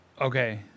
Okay